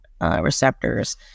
receptors